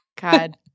God